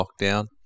lockdown